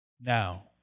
Now